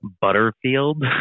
Butterfield